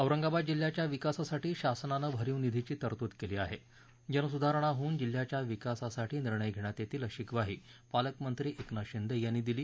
औरंगाबाद जिल्ह्याच्या विकासासाठी शासनानं भरीव निधीची तरतूद केली आहे जनसुधारणा होऊन जिल्ह्याच्या विकासासाठी निर्णय घेण्यात येतील अशी ग्वाही पालकमंत्री एकनाथ शिंदे यांनी दिली